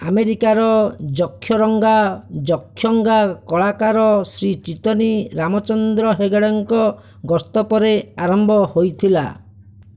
ଆମେରିକାର ଯକ୍ଷରଙ୍ଗା ଯକ୍ଷଙ୍ଗା କଳାକାର ଶ୍ରୀ ଚିତ୍ତନୀ ରାମଚନ୍ଦ୍ର ହେଗଡ଼େଙ୍କ ଗସ୍ତ ପରେ ଆରମ୍ଭ ହୋଇଥିଲା